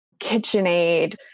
KitchenAid